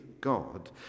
God